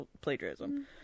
plagiarism